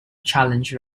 challenge